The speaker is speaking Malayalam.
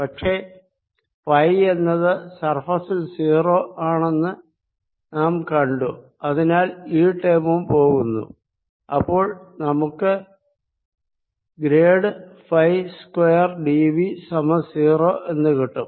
പക്ഷെ ഫൈ എന്നത് സർഫേസിൽ 0 ആണെന്ന് നാം കണ്ടു അതിനാൽ ഈ ടേമും പോകുന്നു അപ്പോൾ നമുക്ക് grad phi square d V സമം 0 എന്ന് കിട്ടും